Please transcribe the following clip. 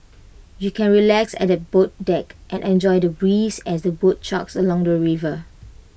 you can relax at the boat deck and enjoy the breeze as the boat chugs along the river